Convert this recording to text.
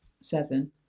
seven